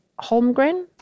Holmgren